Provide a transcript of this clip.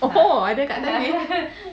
orh ada kat atas ni